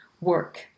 work